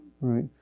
Right